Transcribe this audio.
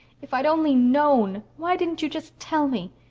if i'd only known! why didn't you just tell me?